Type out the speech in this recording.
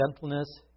gentleness